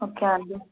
okay అండి